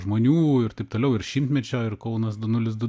žmonių ir taip toliau ir šimtmečio ir kaunas du nulis du